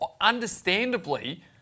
understandably